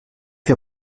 wir